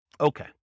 Okay